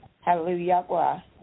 hallelujah